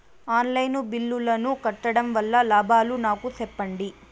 On line బిల్లుల ను కట్టడం వల్ల లాభాలు నాకు సెప్పండి?